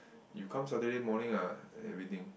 you come Saturday morning ah and everything